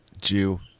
Jew